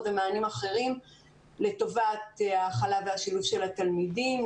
ומענים אחרים לטובת ההכלה והשילוב של התלמידים,